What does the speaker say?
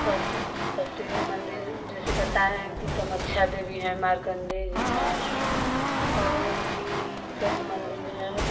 प्रसिद्ध प्रसिद्ध मंदिर जैसे बताएं हैं कि कामाख्या देवी हैं मार्कण्डेय जी हैं और भी कई मंदिर है